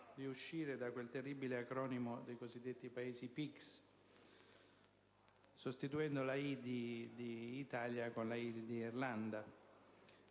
di uscire da quel terribile acronimo dei cosiddetti Paesi PIGS, sostituendo la «I» d'Italia con la «I» di Irlanda.